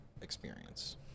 experience